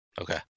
Okay